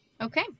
Okay